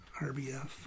RBF